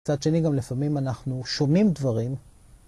מצד שני גם לפעמים אנחנו שומעים דברים